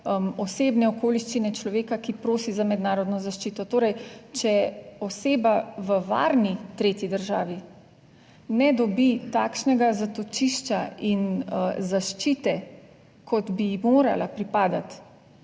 osebne okoliščine človeka, ki prosi za mednarodno zaščito. Torej, če oseba v varni tretji državi ne dobi takšnega zatočišča in zaščite, kot bi ji morala pripadati,